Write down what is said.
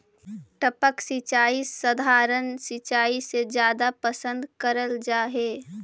टपक सिंचाई सधारण सिंचाई से जादा पसंद करल जा हे